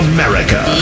America